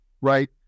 Right